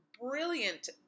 brilliant